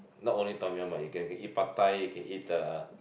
not only Tom-Yum but you can can eat Pad-Thai you can eat the